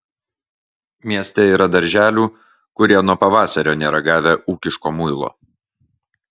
mieste yra darželių kurie nuo pavasario nėra gavę ūkiško muilo